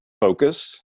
focus